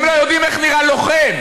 הם לא יודעים איך נראה לוחם.